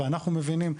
ואנחנו מבינים,